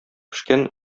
пешкән